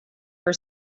for